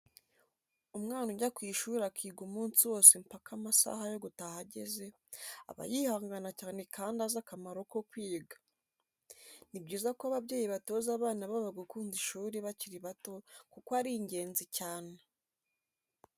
Umwana ujya ku ishuri akiga umunsi wose mpaka amasaha yo gutaha ageze, aba yihangana cyane kandi azi akamaro ko kwiga. Ni byiza ko ababyeyi batoza abana babo gukunda ishuri bakiri bato kuko ari ingenzi cyane.